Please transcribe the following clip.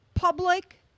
public